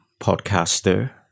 podcaster